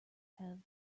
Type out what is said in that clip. have